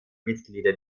mitglieder